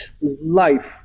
life